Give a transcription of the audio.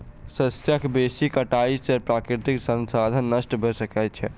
शस्यक बेसी कटाई से प्राकृतिक संसाधन नष्ट भ सकै छै